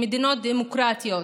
עם מדינות דמוקרטיות.